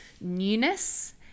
newness